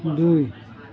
दू